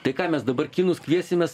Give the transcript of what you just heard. tai ką mes dabar kinus kviesimės